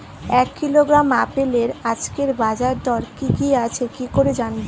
এক কিলোগ্রাম আপেলের আজকের বাজার দর কি কি আছে কি করে জানবো?